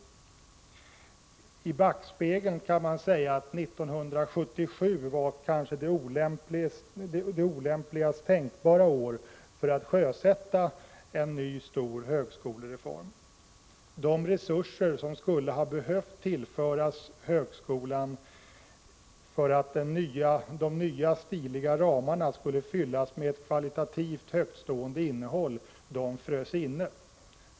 Ser man i backspegeln kan man säga att 1977 var det kanske olämpligast tänkbara året för att sjösätta en ny stor högskolereform. De resurser som skulle ha behövt tillföras högskolan för att de nya stiliga ramarna skulle fyllas med kvalitativt högtstående innehåll frös inne.